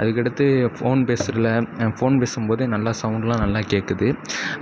அதுக்கடுத்து ஃபோன் பேசுவதுல ஃபோன் பேசும்போது நல்லா சவுண்ட்டெலாம் நல்லா கேட்குது